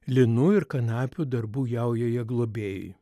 linų ir kanapių darbų jaujoje globėjai